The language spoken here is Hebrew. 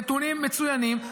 נתונים מצוינים.